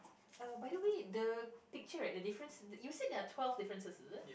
uh by the way the picture right the difference you said there are twelve differences is it